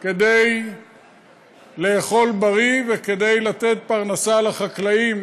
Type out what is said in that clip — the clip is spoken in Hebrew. כדי לאכול בריא וכדי לתת פרנסה לחקלאים.